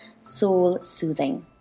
soul-soothing